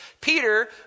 Peter